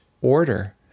order